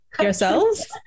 Yourselves